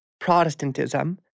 Protestantism